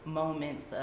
moments